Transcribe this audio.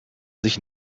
sich